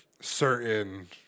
certain